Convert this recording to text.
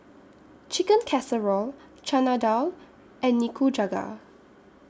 Chicken Casserole Chana Dal and Nikujaga